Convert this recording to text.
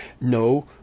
No